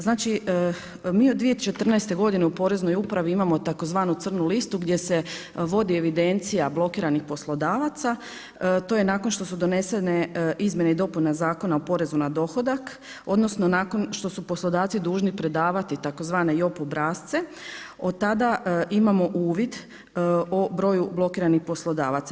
Znači mi od 2014. godine u Poreznoj upravi imamo tzv. crnu listu gdje se vodi evidencija blokiranih poslodavaca, to je nakon što su donesene izmjene i dopune Zakona o porezu na dohodak odnosno nakon što su poslodavci dužni predavati tzv. JOP obrasce od tada imamo uvid o broju blokiranih poslodavaca.